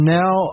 now